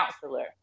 counselor